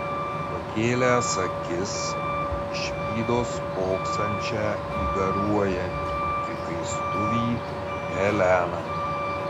pakėlęs akis išvydo spoksančią į garuojantį prikaistuvį heleną